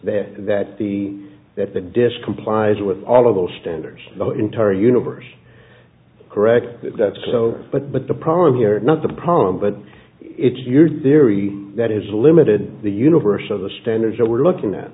that that the that the disk complies with all of those standards for the entire universe correct that's so but but the problem here is not the problem but it's your theory that is limited the universe of the standards that we're looking at